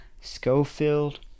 Schofield